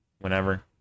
whenever